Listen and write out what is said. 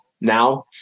now